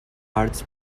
arts